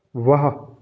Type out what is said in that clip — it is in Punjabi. ਵਾਹ